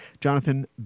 Jonathan